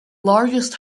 largest